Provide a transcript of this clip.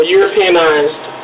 Europeanized